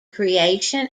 creation